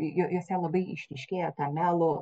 juose labai išryškėja ta melo